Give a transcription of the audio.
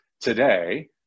today